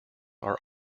are